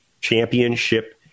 championship